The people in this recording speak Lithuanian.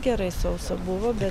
gerai sausa buvo bet